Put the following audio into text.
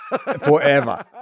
forever